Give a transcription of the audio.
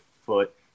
foot